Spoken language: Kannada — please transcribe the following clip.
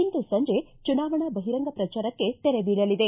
ಇಂದು ಸಂಜೆ ಚುನಾವಣೆ ಬಹಿರಂಗ ಪ್ರಚಾರಕ್ಷೆ ತೆರೆ ಬೀಳಲಿದೆ